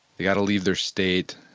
they got to leave their state.